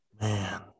Man